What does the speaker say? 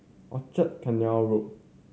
Rochor Canal Road